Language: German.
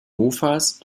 mofas